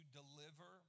deliver